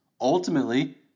Ultimately